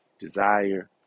desire